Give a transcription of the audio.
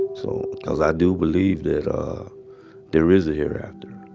um so, because i do believe there there is a hereafter.